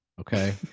okay